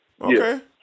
Okay